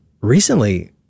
recently